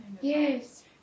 Yes